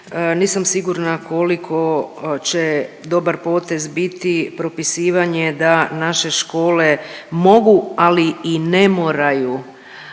nisam sigurna koliko će dobar potez biti propisivanje da naše škole mogu, ali i ne moraju